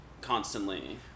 constantly